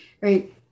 Right